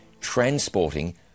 transporting